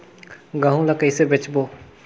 गहूं ला कइसे बेचबो?